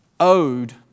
Owed